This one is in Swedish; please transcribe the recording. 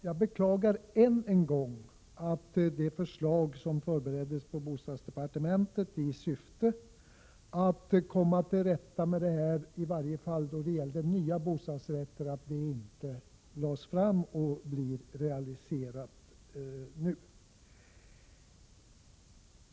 Jag beklagar än en gång att det förslag som förbereddes inom bostadsdepartementet i syfte att komma till rätta med detta —i varje fall då det gäller nya bostadsrätter — inte lades fram och kunde bli realiserat nu.